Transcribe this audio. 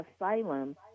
asylum